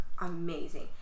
Amazing